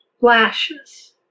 Lashes